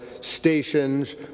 stations